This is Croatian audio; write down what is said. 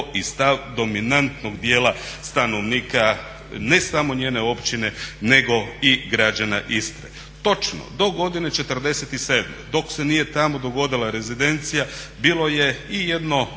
i stav dominantnog dijela stanovnika ne samo njene općine, nego i građana Istre. Točno, do godine '47. dok se nije tamo dogodila rezidencija bilo je i jedno